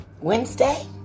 Wednesday